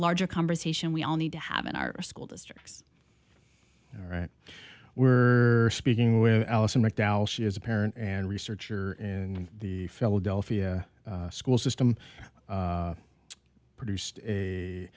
larger conversation we all need to have in our school districts are where speaking with allison mcdowell she is a parent and researcher in the philadelphia school system produced a